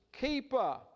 keeper